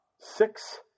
six